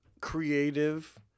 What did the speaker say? creative